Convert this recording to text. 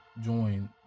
join